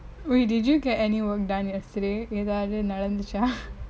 wait did you get any work done yesterday எதாது நடந்நுசா:yaethathu nadanthuchaa